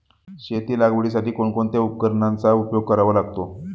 शेती लागवडीसाठी कोणकोणत्या उपकरणांचा उपयोग करावा लागतो?